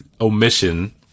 omission